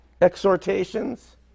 exhortations